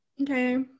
Okay